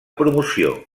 promoció